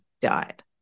died